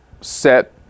set